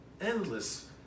endless